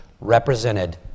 represented